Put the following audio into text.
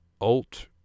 Alt